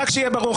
רק שיהיה ברור,